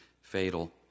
fatal